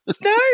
No